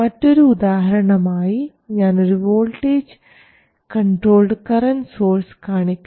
മറ്റൊരു ഉദാഹരണമായി ഞാനൊരു വോൾട്ടേജ് കൺട്രോൾഡ് കറൻറ് സോഴ്സ് കാണിക്കാം